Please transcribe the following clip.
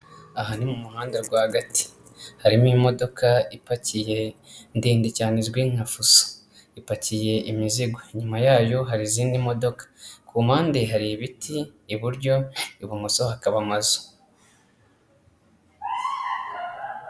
Aha ni mu muhanda rwagati harimo imodoka ipakiye ndende cyane izwi nka fuso, ipakiye imizigo nyuma yayo hari izindi modoka. Ku mpande hari ibiti iburyo ibumoso hakaba amazu.